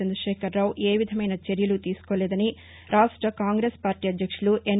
చంద్రశేఖర్ రావు ఏవిధమైన చర్యలు తీసుకోవడంలేదని రాష్ట్ల కాంగ్రెస్ పార్లీ అధ్యక్షులు ఎన్